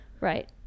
right